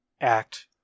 act